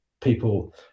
people